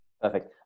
Perfect